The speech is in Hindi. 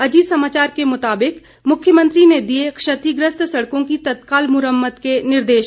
अजीत समाचार के मुताबिक मुख्यमंत्री ने दिए क्षतिग्रस्त सड़कों की तत्काल मुरम्मत के निर्देश